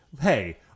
hey